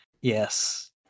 yes